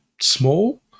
small